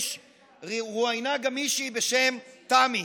רואיינה גם מישהי בשם תמי.